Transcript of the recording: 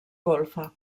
golfa